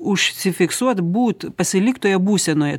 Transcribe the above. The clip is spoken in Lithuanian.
užsifiksuot būt pasilikt toje būsenoje